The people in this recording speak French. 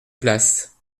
place